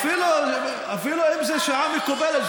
אפילו אם זאת שעה מקובלת,